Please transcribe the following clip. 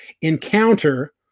encounter